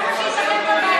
זה מה שישפר את הבעיה?